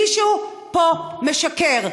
מישהו פה משקר,